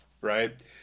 Right